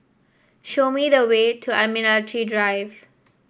show me the way to Admiralty Drive